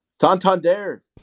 Santander